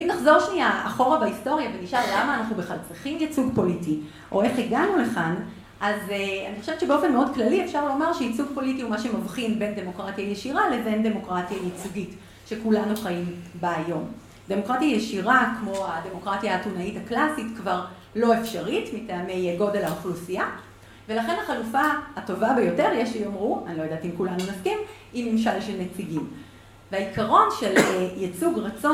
אם נחזור שנייה אחורה בהיסטוריה ונשאל למה אנחנו בכלל צריכים ייצוג פוליטי או איך הגענו לכאן, אז אני חושבת שבאופן מאוד כללי אפשר לומר שייצוג פוליטי הוא מה שמבחין בין דמוקרטיה ישירה לבין דמוקרטיה ייצוגית, שכולנו חיים בה היום. דמוקרטיה ישירה כמו הדמוקרטיה האתונאית הקלאסית כבר לא אפשרית מטעמי גודל האוכלוסייה, ולכן החלופה הטובה ביותר יש שיאמרו, אני לא יודעת אם כולנו נסכים, היא ממשל של נציגים. בעיקרון של ייצוג רצון.